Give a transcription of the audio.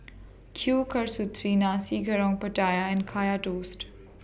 Kueh Kasturi Nasi Goreng Pattaya and Kaya Toast